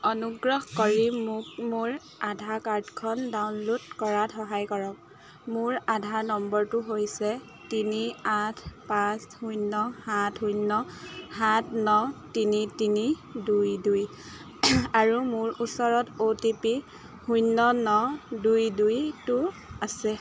অনুগ্ৰহ কৰি মোক মোৰ আধাৰ কাৰ্ডখন ডাউনল'ড কৰাত সহায় কৰক মোৰ আধাৰ নম্বৰটো হৈছে তিনি আঠ পাঁচ শূন্য সাত শূন্য সাাত ন তিনি তিনি দুই দুই আৰু মোৰ ওচৰত অ' টি পি শূন্য ন দুই দুইটো আছে